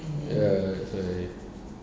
ya correct